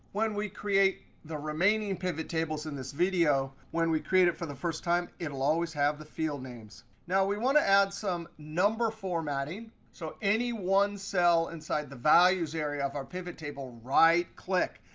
when we create the remaining pivottables in this video, when we create it for the first time, it'll always have the field names. now, we want to add some number formatting. so any one cell inside the values area of our pivottable, right click.